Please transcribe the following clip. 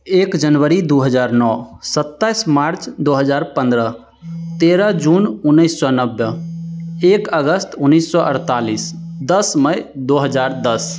एक जनवरी दो हज़ार नौ सत्ताईस मार्च दो हज़ार पंद्रह तेरह जून उन्नीस सौ नब्बे एक अगस्त उन्नीस सौ अड़तालीस दस मई दो हज़ार दस